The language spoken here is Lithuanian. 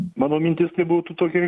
mano mintis tai būtų tokia